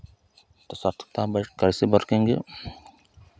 सतर्कता बर कैसे बरतेंगे